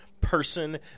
person